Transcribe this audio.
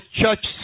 church